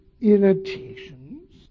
irritations